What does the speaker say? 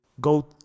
go